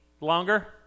longer